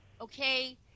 okay